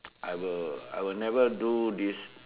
I will I will never do this